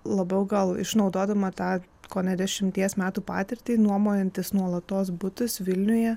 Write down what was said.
labiau gal išnaudodama tą kone dešimties metų patirtį nuomojantis nuolatos butus vilniuje